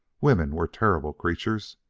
women were terrible creatures,